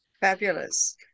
fabulous